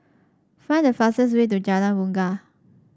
find the fastest way to Jalan Bungar